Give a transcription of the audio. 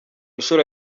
nshuro